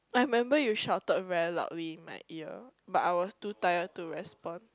I remember you shouted very loudly in my ear but I was too tired to respond